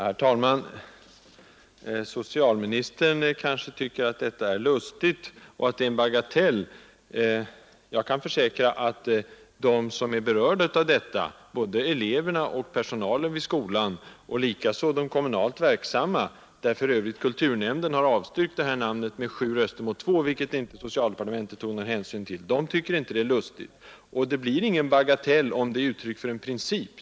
Herr talman! Socialministern kanske tycker att det är lustigt med det här namnet, och att det hela är en bagatell. Jag kan försäkra att de som är berörda av detta, såväl eleverna som personalen vid skolan och likaså de kommunalt verksamma, inte. tycker att det är lustigt. Kulturnämnden i Solna har för övrigt avstyrkt namnet med sju röster mot två, vilket socialdepartementet inte tog någon hänsyn till. Saken blir heller ingen bagatell, om den är uttryck för en princip.